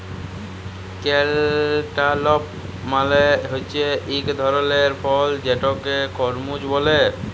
cantaloupe মালে হছে ইক ধরলের ফল যেটাকে খরমুজ ব্যলে